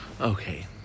Okay